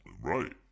Right